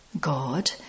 God